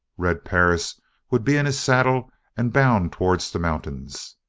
red perris would be in his saddle and bound towards the mountains.